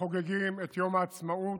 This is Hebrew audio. וחוגגים את יום העצמאות,